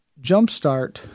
jumpstart